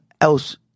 else